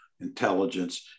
intelligence